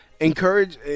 Encourage